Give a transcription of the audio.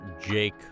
Jake